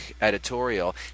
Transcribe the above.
editorial